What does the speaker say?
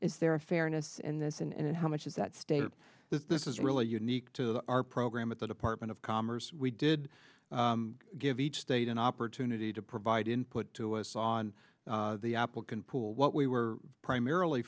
is there a fairness in this and how much is that state this is really unique to our program at the department of commerce we did give each state an opportunity to provide input to us on the applicant pool what we were primarily